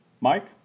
Mike